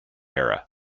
era